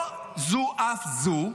לא זו אף זו,